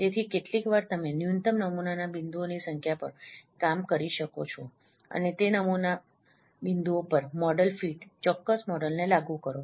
તેથી કેટલીકવાર તમે ન્યૂનતમ નમૂનાના બિંદુઓની સંખ્યા પર કામ કરી શકો છો અને તે નમૂના બિંદુઓ પર મોડેલ ફિટ ચોક્કસ મોડેલને લાગુ કરો